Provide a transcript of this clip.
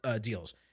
deals